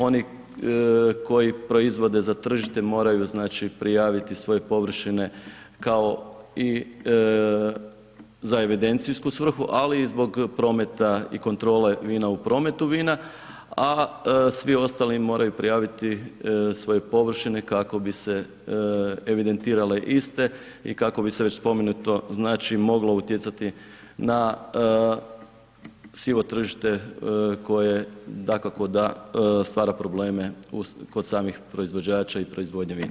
Oni koji proizvode za tržište moraju, znači, prijaviti svoje površine kao i, za evidencijsku svrhu, ali i zbog prometa i kontrole vina u prometu vina, a svi ostali moraju prijaviti svoje površine kako bi se evidentirale iste i kako bi se već spomenuto, znači, moglo utjecati na sivo tržište koje dakako da stvara probleme kod samih proizvođača i proizvodnje vine.